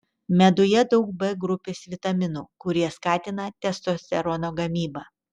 meduje daug b grupės vitaminų kurie skatina testosterono gamybą